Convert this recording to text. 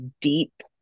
deep